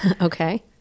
Okay